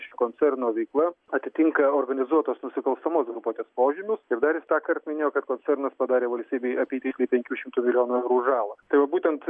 ši koncerno veikla atitinka organizuotos nusikalstamos grupuotės požymius ir dar tąkart minėjo kad koncernas padarė valstybei apytiksliai penkių šimtų milijonų eurų žalą tai va būtent